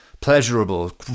pleasurable